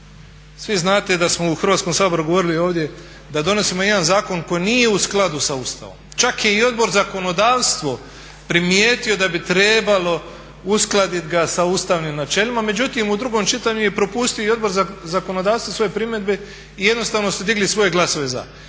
Svi znate da smo u Hrvatskom saboru govorili ovdje da donosimo jedan zakon koji nije u skladu sa Ustavom. Čak je i Odbor za zakonodavstvo primijetio da bi trebalo uskladiti ga sa ustavnim načelima. Međutim, u drugom čitanju je propustio i Odbor za zakonodavstvo svoje primjedbe i jednostavno su digli svoje glasove za.